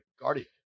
Guardian